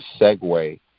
segue